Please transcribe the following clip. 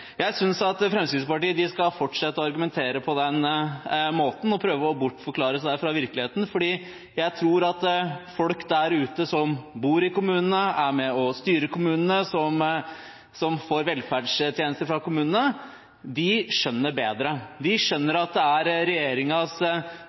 Jeg synes at Fremskrittspartiet skal fortsette å argumentere på den måten og prøve å bortforklare virkeligheten, for jeg tror at folk der ute, som bor i kommunene, som er med og styrer kommunene, og som får velferdstjenester fra kommunene, skjønner bedre. De skjønner at det er